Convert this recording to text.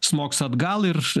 smogs atgal ir